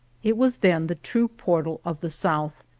it was then the true portal of the south,